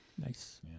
Nice